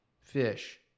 fish